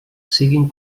siguin